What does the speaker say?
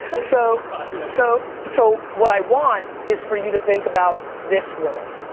so so so what i want, is for you to think about this world.